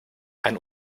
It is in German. ein